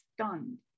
stunned